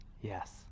yes